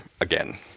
again